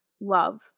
love